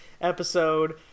episode